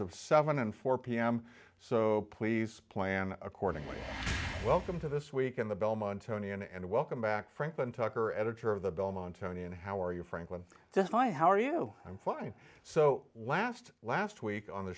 of seven and four pm so please plan accordingly welcome to this week in the belmont tony and welcome back franklin tucker editor of the belmont county and how are you franklin just my how are you i'm fine so last last week on the